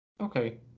okay